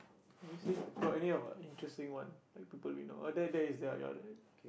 let me see got any of uh interesting one like people we know oh there there is the your right